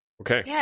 Okay